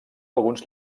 alguns